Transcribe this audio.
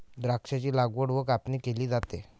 द्राक्षांची लागवड व कापणी केली जाते